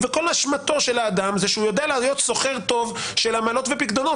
כל אשמתו של האדם היא שהוא יודע להיות סוחר טוב של עמלות ופיקדונות.